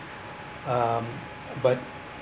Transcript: um but